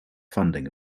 funding